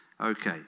Okay